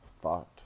thought